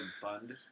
fund